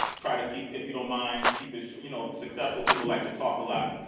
try to keep, if you don't mind, keep it you know, successful people like to talk a lot.